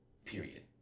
period